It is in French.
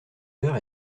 heures